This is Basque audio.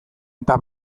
eta